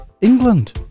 England